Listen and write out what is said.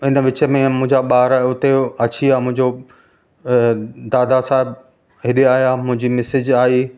हिन विच में मुंहिंजा ॿार हुते अची विया मुंहिंजो दादा साहिबु अहिड़ा आहियां मुंहिंजी मिसिज आई